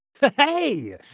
hey